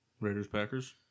Raiders-Packers